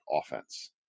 offense